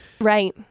Right